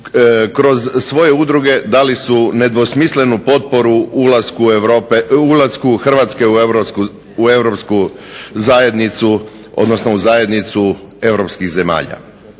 Kroz svoje udruge dali su nedvosmislenu potporu ulasku Hrvatske u Europsku zajednicu, odnosno u zajednicu europskih zemalja.